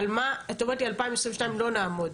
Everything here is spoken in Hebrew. את אומרת לי 2022 לא נעמוד.